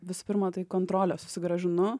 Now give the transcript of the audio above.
visų pirma tai kontrolę susigrąžinu